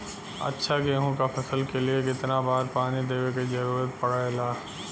अच्छा गेहूँ क फसल के लिए कितना बार पानी देवे क जरूरत पड़ेला?